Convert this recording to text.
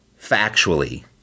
factually